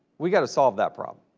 we got to solve that problem.